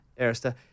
Arista